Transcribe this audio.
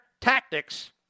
tactics